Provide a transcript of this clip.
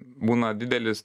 būna didelis